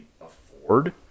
afford